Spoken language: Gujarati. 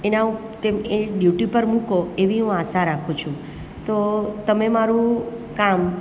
એને એ ડ્યૂટી પર મૂકો એવી આશા રાખું છું તો તમે મારું કામ